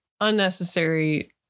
unnecessary